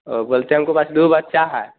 ओ बोलते हैं हमको ब दो बच्चे हैं